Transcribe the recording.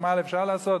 חשמל אפשר לעשות,